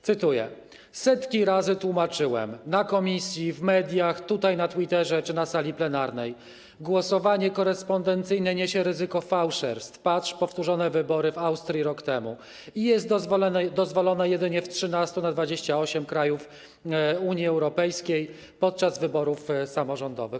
Cytuję: Setki razy tłumaczyłem: w komisji, w mediach, tutaj na Twitterze czy na sali plenarnej: głosowanie korespondencyjne niesie ryzyko fałszerstw - patrz: powtórzone wybory w Austrii rok temu - i jest dozwolone jedynie w 13 na 28 krajów Unii Europejskiej podczas wyborów samorządowych.